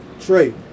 Trey